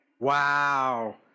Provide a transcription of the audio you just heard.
Wow